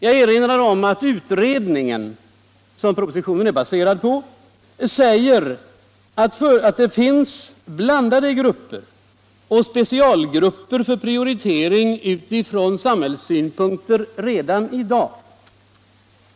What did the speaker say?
Jag erinrar om att utredningen, som propositionen är baserad på, säger att det finns blandade grupper och specialgrupper för prioritering utifrån samhällssynpunkter redan i dag.